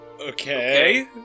Okay